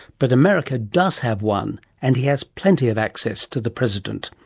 but america does have one and he has plenty of access to the president.